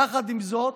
יחד עם זאת,